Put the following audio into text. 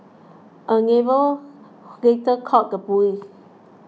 a neighbour later called the police